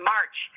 March